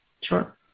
Sure